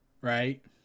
Right